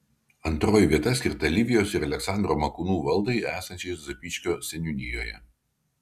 antroji vieta skirta livijos ir aleksandro makūnų valdai esančiai zapyškio seniūnijoje